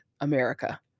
America